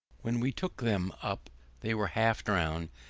when we took them up they were half drowned,